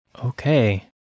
Okay